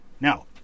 Now